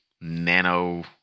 nano –